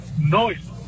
noise